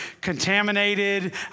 contaminated